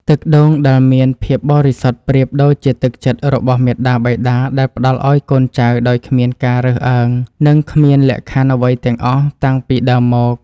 ទឹកដូងដែលមានភាពបរិសុទ្ធប្រៀបដូចជាទឹកចិត្តរបស់មាតាបិតាដែលផ្តល់ឱ្យកូនចៅដោយគ្មានការរើសអើង និងគ្មានលក្ខខណ្ឌអ្វីទាំងអស់តាំងពីដើមមក។